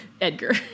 edgar